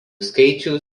skaičių